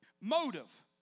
Motive